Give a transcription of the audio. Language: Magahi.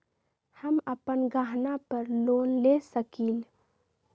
हम अपन गहना पर लोन ले सकील?